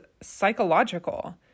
psychological